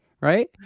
right